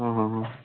ହଁ ହଁ ହଁ